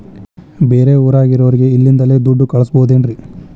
ಬೇರೆ ಊರಾಗಿರೋರಿಗೆ ಇಲ್ಲಿಂದಲೇ ದುಡ್ಡು ಕಳಿಸ್ಬೋದೇನ್ರಿ?